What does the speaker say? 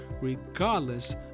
regardless